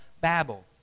Babel